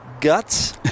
guts